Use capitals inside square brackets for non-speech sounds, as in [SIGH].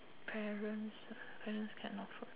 parents [NOISE] parents cannot afford